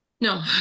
No